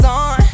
on